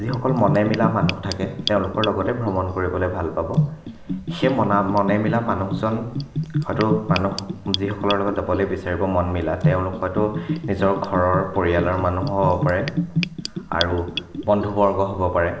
যিসকল মনে মিলা মানুহ থাকে তেওঁলোকৰ লগতে ভ্ৰমণ কৰিবলৈ ভাল পাব সেই মনা মনে মিলা মানুহজন হয়তো মানুহ যিসকলৰ লগত যাবলৈ বিচাৰিব মন মিলা তেওঁলোক হয়তো নিজৰ ঘৰৰ পৰিয়ালৰ মানুহো হ'ব পাৰে আৰু বন্ধুবৰ্গও হ'ব পাৰে